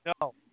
No